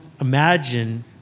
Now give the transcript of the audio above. imagine